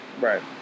Right